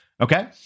Okay